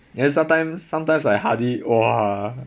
then sometimes sometimes like hardy !wah!